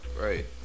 Right